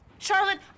Charlotte